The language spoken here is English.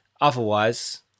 Otherwise